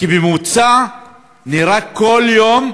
כי בממוצע נהרג כל יום